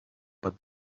pot